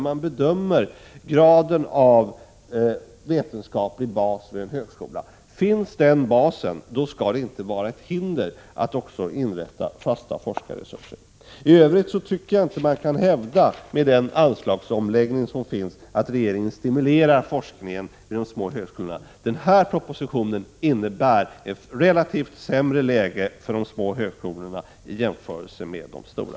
Man bedömer graden av vetenskaplig bas vid en högskola, och finns en tillräcklig vetenskaplig bas skall det inte föreligga något hinder mot inrättande av fasta forskarresurser. I övrigt tycker jag inte att man kan hävda, med hänsyn till den anslagsomläggning som sker, att regeringen stimulerar forskningen vid de små högskolorna. Den här propositionen innebär att de små högskolorna får ett sämre läge i förhållande till de stora.